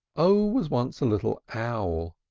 o was once a little owl,